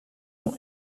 non